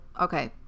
okay